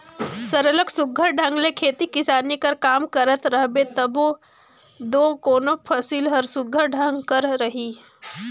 सरलग सुग्घर ढंग ले खेती किसानी कर काम करत रहबे तबे दो कोनो फसिल हर सुघर ढंग कर रही